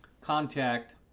contact